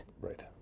Right